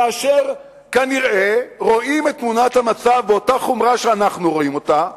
כאשר כנראה רואים את תמונת המצב באותה חומרה שאנחנו רואים אותה,